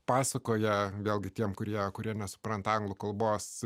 pasakoja vėlgi tiems kurie kuriame supranta anglų kalbos